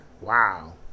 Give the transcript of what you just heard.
wow